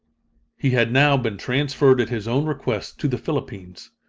he had now been transferred at his own request to the philippines.